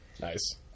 Nice